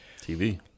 TV